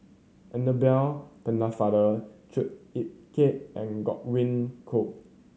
Annabel Pennefather Chua Ek Kay and Godwin Koay